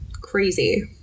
crazy